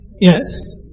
Yes